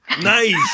Nice